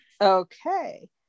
okay